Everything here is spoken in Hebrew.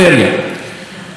אני רוצה להזכיר לכם,